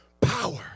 power